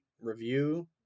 review